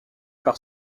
par